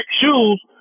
shoes